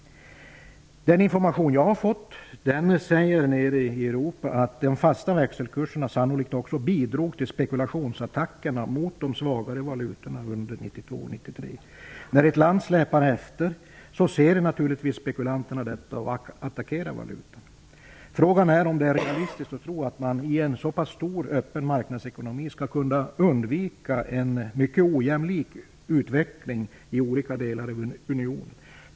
Den information som jag har fått från Europa visar att de fasta växelkurserna sannolikt också bidrog till spekulationsattackerna mot de svagare valutorna under 1992--93. När ett land släpar efter ser naturligtvis spekulanterna detta och attackerar valutan. Frågan är om det är realistiskt att tro att man i en så pass stor öppen marknadsekonomi skall kunna undvika en mycket ojämlik utveckling i olika delar i unionen.